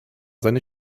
seine